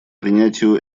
принятию